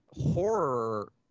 horror